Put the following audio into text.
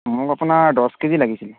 মোক আপোনাৰ দহ কেজি লাগিছিলে